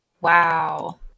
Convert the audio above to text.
wow